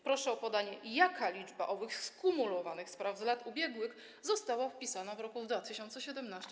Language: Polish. Proszę o podanie, jaka liczba owych skumulowanych spraw z lat ubiegłych została wpisana w roku 2017.